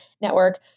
network